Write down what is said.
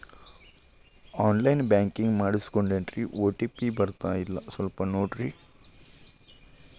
on line banking ಮಾಡಿಸ್ಕೊಂಡೇನ್ರಿ OTP ಬರ್ತಾಯಿಲ್ಲ ಸ್ವಲ್ಪ ನೋಡ್ರಿ